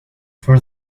for